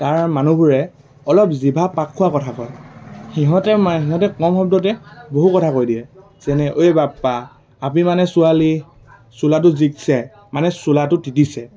তাৰ মানুহবোৰে অলপ জিভা পাক খোৱা কথা কয় সিহঁতে মানে সিহঁতে কম শব্দতে বহু কথা কৈ দিয়ে যেনে ঐ বাপা আপি মানে ছোৱালী চোলাটো জিকছে মানে চোলাটো তিতিছে